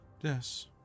Yes